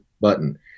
button